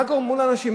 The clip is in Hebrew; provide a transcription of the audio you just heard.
מה גרמו לאנשים?